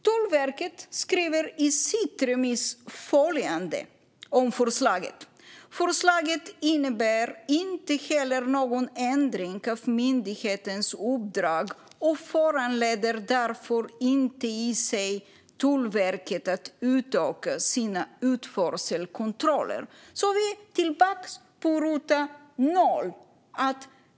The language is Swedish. Tullverket skriver i sitt remissvar följande om förslaget: "Förslaget innebär inte heller någon ändring av myndighetens uppdrag och föranleder därför inte i sig Tullverket att utöka sina utförselkontroller." Så är vi då tillbaka på ruta noll.